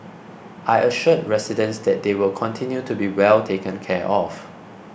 I assured residents that they will continue to be well taken care of